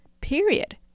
period